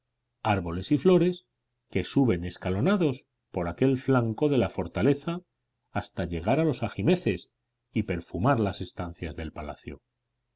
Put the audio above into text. árboles y flores que suben escalonados por aquel flanco de la fortaleza hasta llegar a los ajimeces y perfumar las estancias del palacio